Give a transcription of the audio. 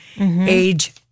age